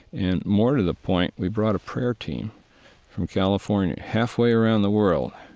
and more to the point, we brought a prayer team from california, halfway around the world,